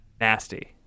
Nasty